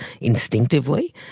instinctively